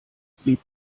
blieb